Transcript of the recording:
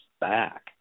back